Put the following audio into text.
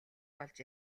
болж